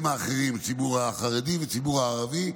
לציבורים האחרים, לציבור החרדי ולציבור הערבי.